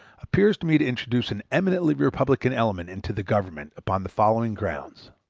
appears to me to introduce an eminently republican element into the government upon the following grounds